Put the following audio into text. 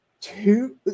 two